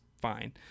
fine